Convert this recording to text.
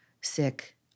sick